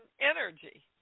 energy